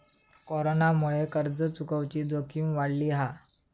कोरोनामुळे कर्ज चुकवुची जोखीम वाढली हा